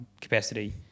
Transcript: capacity